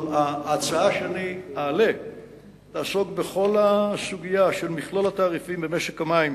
אבל ההצעה שאני אעלה תעסוק בכל הסוגיה של מכלול התעריפים במשק המים